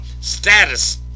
status